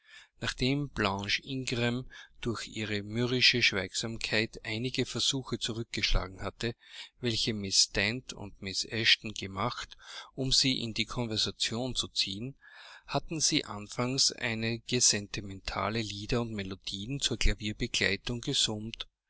nachdem blanche ingram durch ihre mürrische schweigsamkeit einige versuche zurückgeschlagen hatte welche mrs dent und mrs eshton gemacht um sie in die konversation zu ziehen hatte sie anfangs einige sentimentale lieder und melodien zur klavierbegleitung gesummt